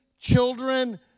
children